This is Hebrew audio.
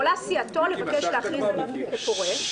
יכולה סיעתו לבקש להכריז שהוא פורש.